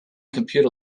computer